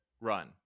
run